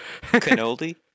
Canoldi